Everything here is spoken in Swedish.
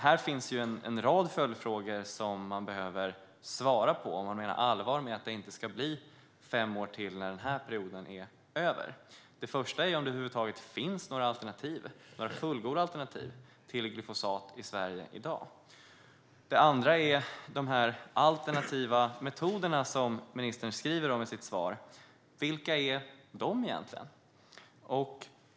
Det finns en rad följdfrågor i detta sammanhang som man behöver svara på om man menar allvar med att det inte ska bli fem år till när denna period är över. Den första är om det över huvud taget finns några fullgoda alternativ till glyfosat i Sverige i dag. Den andra handlar om de alternativa metoder som ministern skriver om i sitt svar. Vilka är de egentligen?